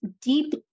deep